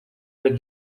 with